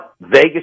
Vegas